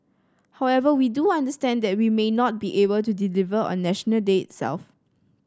however we do understand that we may not be able to deliver on National Day itself